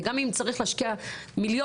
וגם אין צריך להשקיע מיליונים,